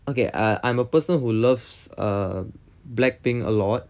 okay I I'm a person who loves blackpink a lot